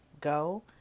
go